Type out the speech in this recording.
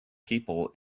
people